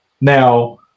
Now